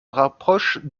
rapproche